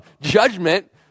judgment